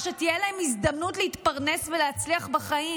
שתהיה להם הזדמנות להתפרנס ולהצליח בחיים.